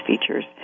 features